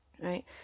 Right